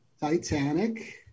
Titanic